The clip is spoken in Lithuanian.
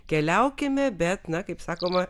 keliaukime bet na kaip sakoma